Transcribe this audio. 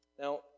Now